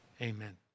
Amen